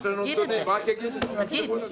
יש לנו נתונים, אני רק אגיד אם תאפשרו לי.